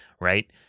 right